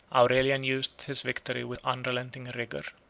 aurelian used his victory with unrelenting rigor.